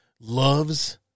Loves